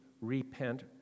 repent